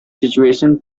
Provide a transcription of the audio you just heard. situation